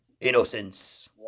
Innocence